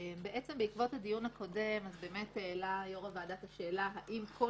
בעקבות הדיון הקודם העלה יו"ר הוועדה את השאלה: האם כל